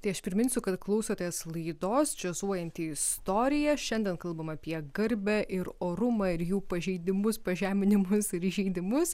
tai aš priminsiu kad klausotės laidos džiazuojanti istorija šiandien kalbam apie garbę ir orumą ir jų pažeidimus pažeminimus ir įžeidimus